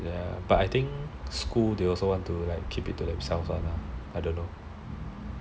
I think school they also want to keep it to themselves lah